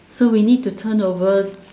so we need to turn over